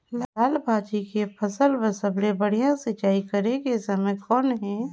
लाल भाजी के फसल बर सबले बढ़िया सिंचाई करे के समय कौन हे?